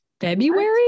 February